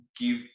give